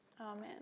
Amen